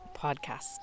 podcast